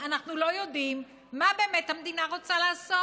אנחנו לא יודעים מה באמת המדינה רוצה לעשות.